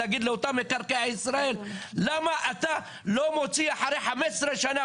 להגיד לאותו מקרקעי ישראל למה אתה לא מוציא אחרי 15 שנה